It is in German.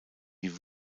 die